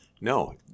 No